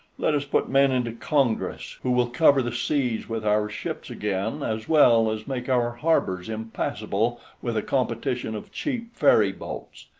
let us put men into congress who will cover the seas with our ships again, as well as make our harbors impassable with a competition of cheap ferry-boats.